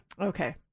Okay